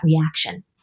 reaction